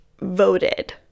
voted